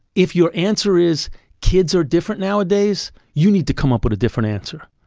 if your answer is kids are different nowadays, you need to come up with a different answer,